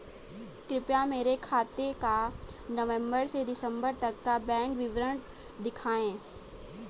कृपया मेरे खाते का नवम्बर से दिसम्बर तक का बैंक विवरण दिखाएं?